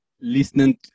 listening